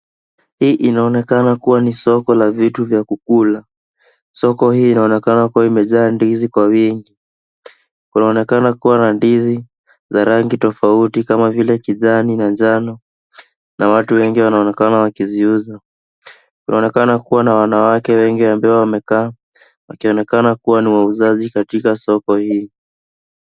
Hii inaonekana kuwa ni soko la vitu vya kukula. Soko hii inaonekana kuwa imejaa ndizi kwa wingi. Kunaonekana kuwa na ndizi za rangi tofauti kama vile kijani na njano na watu wengi wanaonekana wakiziuza. Kunaonekana kuwa na wanawake wengi ambao wamekaa, wakionekana kuwa na wauzaji katika soko hili.